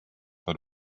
per